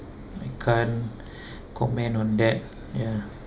I can't comment on that ya